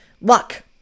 luck